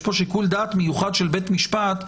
יש פה שיקול דעת מיוחד של בית המשפט,